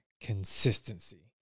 consistency